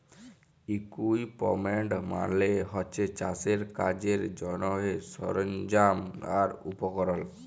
equipment মালে হছে চাষের কাজের জ্যনহে সরল্জাম আর উপকরল